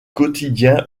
quotidien